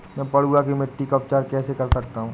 मैं पडुआ की मिट्टी का उपचार कैसे कर सकता हूँ?